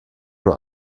nur